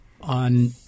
On